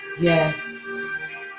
Yes